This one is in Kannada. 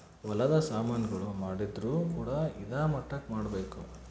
ಹೊಲದ ಸಾಮನ್ ಗಳು ಮಾಡಿದ್ರು ಕೂಡ ಇದಾ ಮಟ್ಟಕ್ ಮಾಡ್ಬೇಕು